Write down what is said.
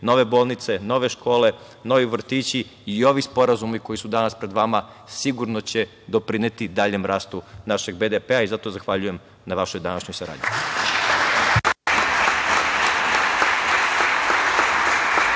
nove bolnice, nove škole, novi vrtići i ovi sporazumi koji su danas pred vama sigurno će doprineti daljem rastu našeg BDP-a. Zato zahvaljujem na vašoj današnjoj saradnji.